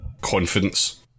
confidence